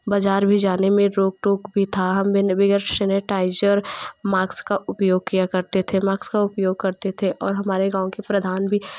बज़ार भी जाने में रोक टोक भी था हमे बगैर शिनैटाइज़र माक्स का उपयोग किया करते थे माक्स का उपयोग करते थे और हमारे गाँव के प्रधान भी